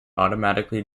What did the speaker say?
automatically